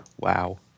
wow